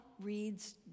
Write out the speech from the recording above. reads